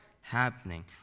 happening